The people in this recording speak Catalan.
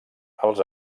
els